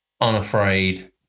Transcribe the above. unafraid